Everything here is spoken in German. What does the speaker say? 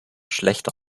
schlechter